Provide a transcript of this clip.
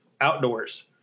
outdoors